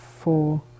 Four